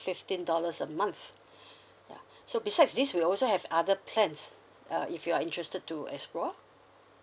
fifteen dollars a month ya so besides this we also have other plans uh if you are interested to explore